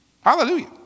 Hallelujah